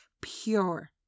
pure